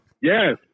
Yes